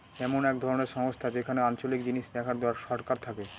এমন এক ধরনের সংস্থা যেখানে আঞ্চলিক জিনিস দেখার সরকার থাকে